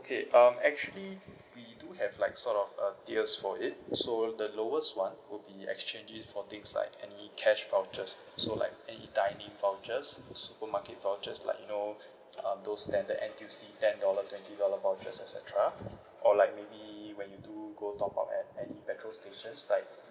okay um actually we do have like sort of uh tiers for it so the lowest one will be we exchange it for things like any cash vouchers so like any dining vouchers supermarket vouchers like you know uh those standard N_T_U_C ten dollar twenty dollar vouchers et cetera or like maybe when you do go top up at any petrol stations like